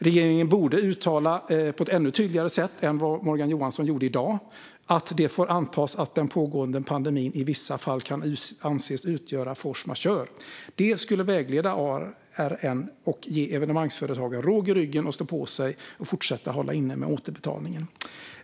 Regeringen borde, på ett ännu tydligare sätt än Morgan Johansson gjorde i dag, uttala att det får antas att den pågående pandemin i vissa fall kan anses utgöra force majeure. Det skulle vägleda Arn och ge evenemangsföretagen råg i ryggen att stå på sig och fortsätta hålla inne med återbetalning.